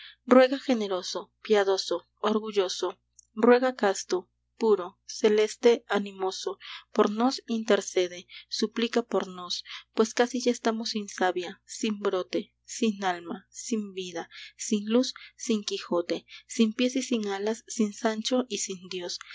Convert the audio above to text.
ruega generoso piadoso orgulloso ruega casto puro celeste animoso por nós intercede suplica por nós pues casi ya estamos sin savia sin brote sin alma sin vida sin luz sin quijote sin pies y sin alas sin sancho y sin dios